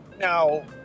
now